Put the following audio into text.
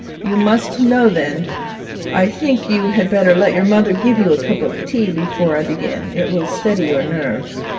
you must know, then i think you had better let your mother give you a cup of tea before i begin it will steady your nerves